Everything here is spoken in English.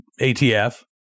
ATF